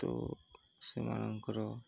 ତ ସେମାନଙ୍କର